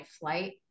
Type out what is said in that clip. flight